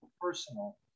personal